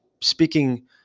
speaking